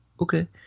okay